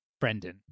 Brendan